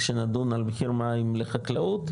כשנדון על מחיר מים לחקלאות,